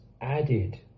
added